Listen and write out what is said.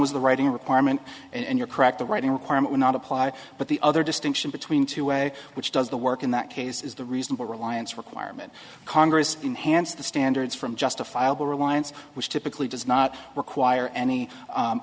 was the writing requirement and you're correct the writing requirement would not apply but the other distinction between two way which does the work in that case is the reasonable reliance requirement congress enhanced the standards from justifiable reliance which typically does not require any